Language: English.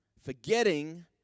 Forgetting